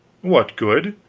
what good?